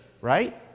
right